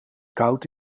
koud